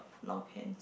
long pant